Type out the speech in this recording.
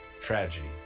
tragedy